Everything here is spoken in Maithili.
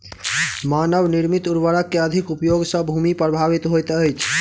मानव निर्मित उर्वरक के अधिक उपयोग सॅ भूमि प्रभावित होइत अछि